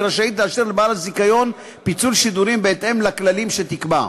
היא רשאית לאשר לבעל הזיכיון פיצול שידורים בהתאם לכללים שתקבע.